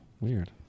Weird